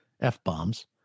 F-bombs